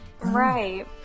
right